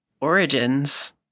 Origins